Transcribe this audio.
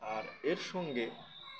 আর এর সঙ্গে